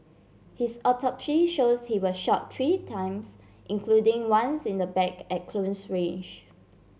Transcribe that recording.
his autopsy shows he was shot three times including once in the back at close range